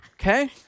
Okay